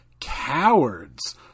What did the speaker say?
Cowards